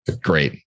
Great